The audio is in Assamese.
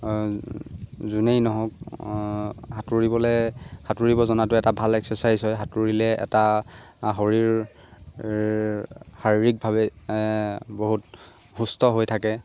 যোনেই নহওক সাঁতুৰিবলৈ সাঁতুৰিব জনাটো এটা ভাল এক্সেচাইজ হয় সাঁতুৰিলে এটা শৰীৰ শাৰীৰিকভাৱে বহুত সুস্থ হৈ থাকে